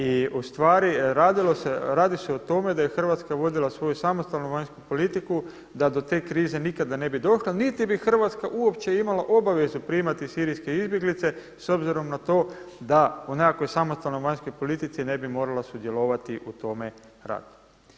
I u stvari radi se o tome da je Hrvatska vodila svoju samostalnu vanjsku politiku da do te krize nikada ne bi došlo niti bi Hrvatska uopće imala obavezu primati sirijske izbjeglice s obzirom na to da u nekakvoj samostalnoj vanjskoj politici ne bi morala sudjelovati u tome radu.